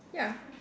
ya